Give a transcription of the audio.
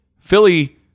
Philly